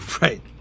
Right